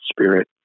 spirit